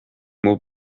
mots